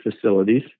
facilities